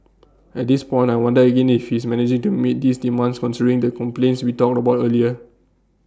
at this point I wonder again if he's managing to meet these demands considering the complaints we talked about earlier